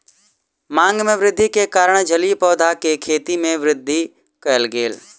मांग में वृद्धि के कारण जलीय पौधा के खेती में वृद्धि कयल गेल